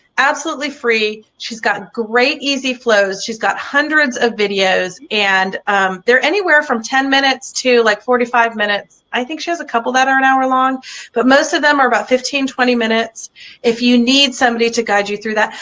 absolutely free she's got great easy flows, she's got hundreds of videos and they're anywhere from ten minutes to like forty five minutes i think she has a couple that are an hour long but most of them are about fifteen twenty minutes if you need somebody to guide you through that.